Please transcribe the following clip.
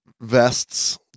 vests